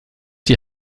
die